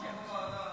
אני --- בוועדה.